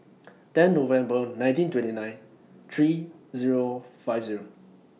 ten November nineteen twenty nine three Zero five Zero